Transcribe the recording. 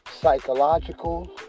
psychological